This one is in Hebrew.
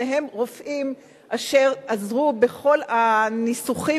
שניהם רופאים אשר עזרו בכל הניסוחים